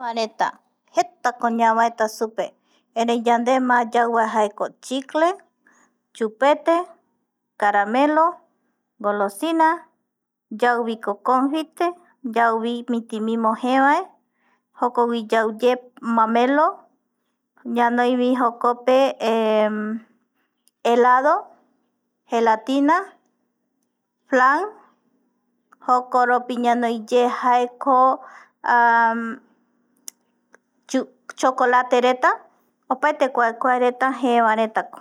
Reta jetako ñavaeta supe erei yande má yauva jaeko chicle, chupetes caramel, golosin ayauviko confite yauvi mitimimo jeevae jokogui yauye mamelo, ñanoivi jokope helado, gelatina, flan, jokoropi ñanoiyejaeko, chokolatereta opaete kua kuareta jeevareta